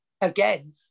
again